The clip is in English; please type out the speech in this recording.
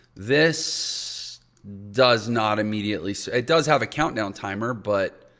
this does not immediately. it does have a countdown timer but,